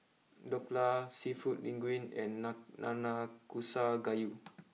Dhokla Seafood Linguine and Nanakusa Gayu